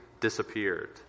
disappeared